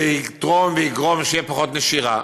זה יתרום ויגרום שיהיה פחות נשירה,